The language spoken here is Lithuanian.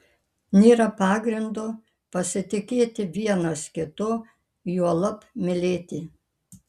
nėra pagrindo pasitikėti vienas kitu juolab mylėti